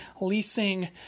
leasing